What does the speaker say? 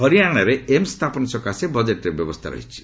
ହରିୟାଣାରେ ଏମ୍ସ୍ ସ୍ଥାପନ ସକାଶେ ବଜେଟ୍ରେ ବ୍ୟବସ୍ଥା ରହିଛି